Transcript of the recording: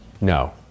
no